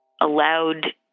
allowed